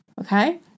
Okay